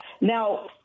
Now